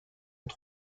und